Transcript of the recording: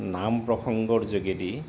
নাম প্ৰসংগৰ যোগেদি